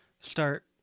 start